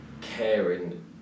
caring